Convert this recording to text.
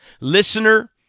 Listener